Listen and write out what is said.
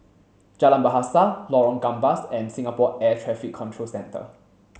Jalan Bahasa Lorong Gambas and Singapore Air Traffic Control Centre